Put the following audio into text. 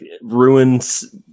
ruins